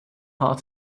heart